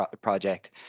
project